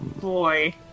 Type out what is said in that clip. Boy